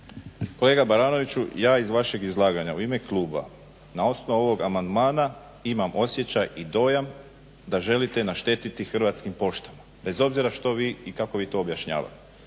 Kolega Baranoviću, ja iz vašeg izlaganja u ime kluba na osnovu ovog amandmana imam osjećaj i dojam da želite naštetiti Hrvatskim poštama bez obzira što vi i kako vi to objašnjavate,